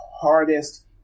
hardest